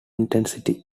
intensity